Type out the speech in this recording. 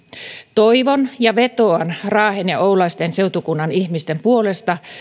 toivon ja vetoan raahen ja oulaisten seutukunnan ihmisten puolesta